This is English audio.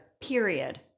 Period